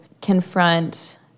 confront